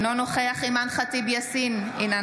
אינו נוכח אימאן ח'טיב יאסין, אינה